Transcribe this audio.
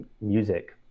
music